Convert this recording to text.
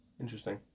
Interesting